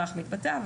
בהכרח מתבטא.